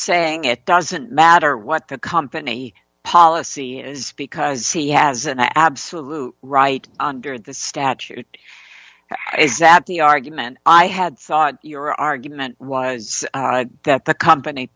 saying it doesn't matter what the company policy is because he has an absolute right under the statute is that the argument i had thought your argument was that the company